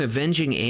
Avenging